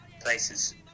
places